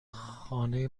خانه